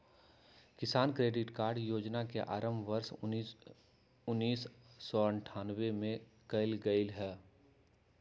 किसान credit card योजना के आरंभ वर्ष उन्नीसौ अठ्ठान्नबे में कइल गैले हल